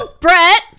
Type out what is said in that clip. brett